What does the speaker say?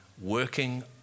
working